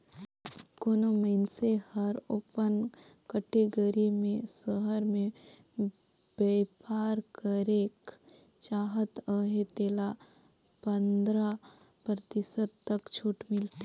कोनो मइनसे हर ओपन कटेगरी में सहर में बयपार करेक चाहत अहे तेला पंदरा परतिसत तक छूट मिलथे